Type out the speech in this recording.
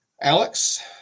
Alex